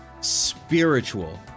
spiritual